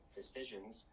decisions